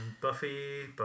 Buffy